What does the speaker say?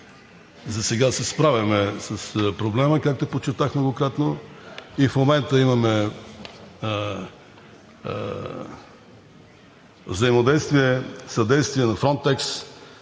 засега се справяме с проблема, както подчертах многократно, и в момента имаме взаимодействие и съдействие на Фронтекс.